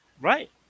Right